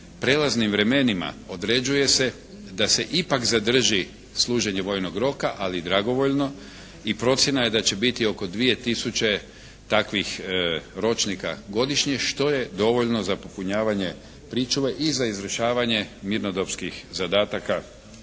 prelaznim vremenima određuje se da se ipak zadrži služenje vojnog roka, ali dragovoljno, i procjena je da će biti oko 2 tisuće takvih ročnika godišnje, što je dovoljno za popunjavanje pričuve i za izvršavanje mirnodopskih zadataka